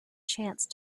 chance